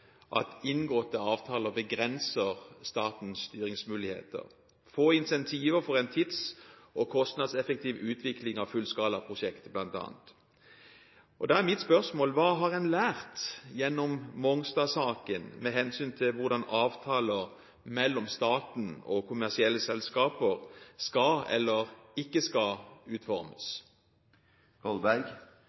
at inngåtte avtaler begrenser statens styringsmuligheter – få incentiver for en tids- og kostnadseffektiv utvikling av fullskalaprosjektet, bl.a. Da er mitt spørsmål: Hva har man lært gjennom Mongstad-saken med hensyn til hvordan avtaler mellom staten og kommersielle selskaper skal eller ikke skal utformes?